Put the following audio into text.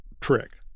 trick